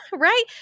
Right